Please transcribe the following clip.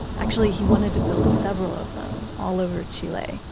actually, he wanted to build several of them all over chile,